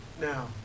Now